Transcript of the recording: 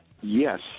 Yes